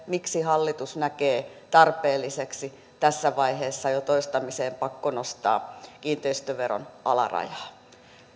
miksi hallitus näkee tarpeelliseksi tässä vaiheessa jo toistamiseen pakkonostaa kiinteistöveron alarajaa